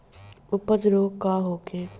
अपच रोग का होखे?